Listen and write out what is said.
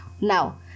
Now